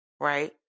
right